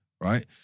Right